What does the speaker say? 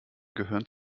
gehören